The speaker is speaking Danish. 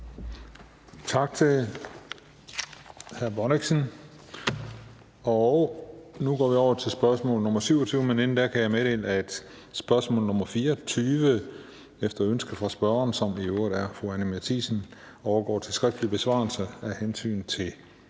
Tak til hr. Erling Bonnesen. Nu går vi over til spørgsmål nr. 27 (S 957), men inden da kan jeg meddele, at spørgsmål nr. 44 efter ønske fra spørgeren, som i øvrigt er fru Anni Matthiesen, overgår til skriftlig besvarelse. Af hensyn til